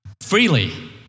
freely